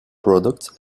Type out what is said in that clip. products